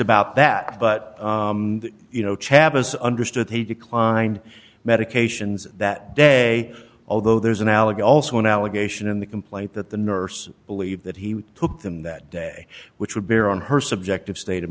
about that but you know chavez understood he declined medications that day although there's analogous also an allegation in the complaint that the nurse believed that he took them that day which would bear on her subjective state of